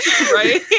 right